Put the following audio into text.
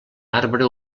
arbre